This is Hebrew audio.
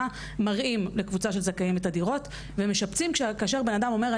מראים לקבוצה של זכאים את הדירות ומשפצים כאשר בן אדם אומר,